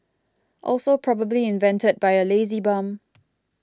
also probably invented by a lazy bum